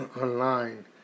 online